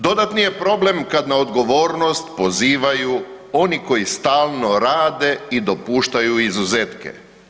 Dodatni je problem kad na odgovornost pozivaju oni koji stalno rade i dopuštaju izuzetke.